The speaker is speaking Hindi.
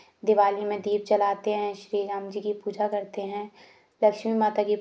दिवाली में दीप जलाते हैं श्री राम जी की पूजा करते हैं लक्ष्मी माता की